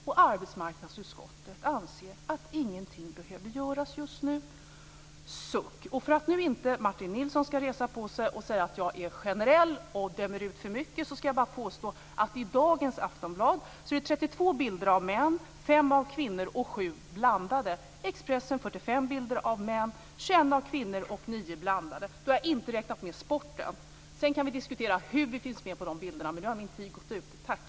Och så anser arbetsmarknadsutskottet att ingenting behöver göras just nu. Suck! För att nu inte Martin Nilsson skall resa sig och säga att jag är generell och dömer ut för mycket vill jag bara säga att det i dagens Aftonbladet finns 32 bilder av män, 5 av kvinnor och 7 blandade. I Expressen finns det 45 bilder av män, 21 av kvinnor och 9 blandade. Då har jag inte räknat med sporten. Sedan kan vi diskutera hur vi finns med på de bilderna, men nu har min taletid gått ut. Tack!